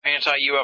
anti-UFO